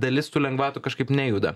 dalis tų lengvatų kažkaip nejuda